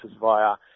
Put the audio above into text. via